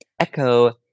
echo